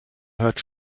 hört